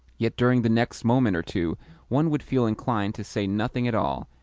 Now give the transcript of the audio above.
yet during the next moment or two one would feel inclined to say nothing at all,